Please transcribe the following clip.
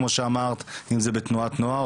אם זה בתנועת נוער,